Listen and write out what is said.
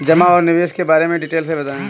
जमा और निवेश के बारे में डिटेल से बताएँ?